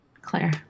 Claire